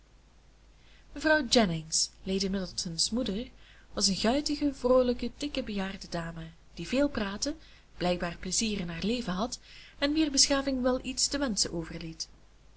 mevrouw jennings lady middleton's moeder was een guitige vroolijke dikke bejaarde dame die veel praatte blijkbaar pleizier in haar leven had en wier beschaving wel iets te wenschen overliet